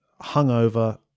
hungover